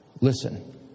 Listen